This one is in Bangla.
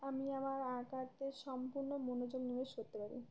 আমি আমার আঁকাতে সম্পূর্ণ মনোযোগ নিবেশ করতে পারি